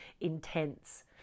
intense